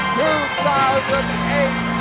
2008